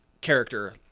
character